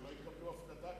הם לא יקבלו הפקדה כזאת.